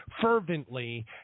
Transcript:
fervently